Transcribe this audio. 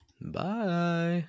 Bye